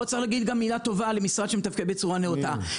צריך להגיד מילה טובה למשרד שמתפקד בצורה נאותה.